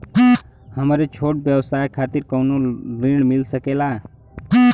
हमरे छोट व्यवसाय खातिर कौनो ऋण मिल सकेला?